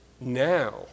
now